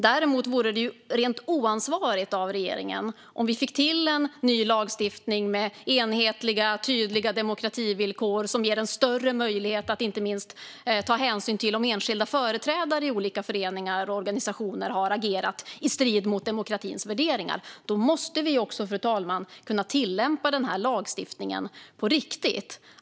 Däremot vore det rent oansvarigt av regeringen om vi inte fick till en ny lagstiftning med enhetliga, tydliga demokrativillkor som ger större möjlighet att titta på hur enskilda företrädare i olika föreningar och organisationer har agerat i strid mot demokratins värderingar. Då måste vi, fru talman, kunna tillämpa lagstiftningen på riktigt.